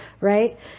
right